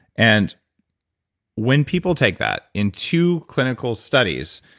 and when people take that, in two clinical studies,